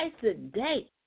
today